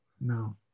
No